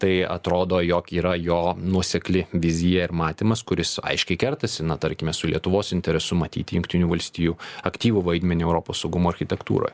tai atrodo jog yra jo nuosekli vizija ir matymas kuris aiškiai kertasi na tarkime su lietuvos interesu matyti jungtinių valstijų aktyvų vaidmenį europos saugumo architektūroj